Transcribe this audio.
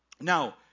Now